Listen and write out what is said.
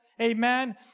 Amen